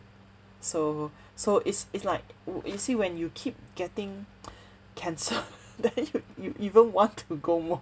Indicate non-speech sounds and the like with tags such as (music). so so it's it's like wo~ you see when you keep getting cancelled (laughs) then you you even want to go mo~